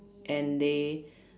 and they